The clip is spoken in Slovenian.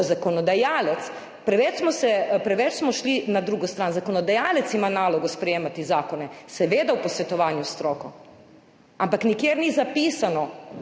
smo se, preveč smo šli na drugo stran. Zakonodajalec ima nalogo sprejemati zakone, seveda v posvetovanju s stroko, ampak nikjer ni zapisano,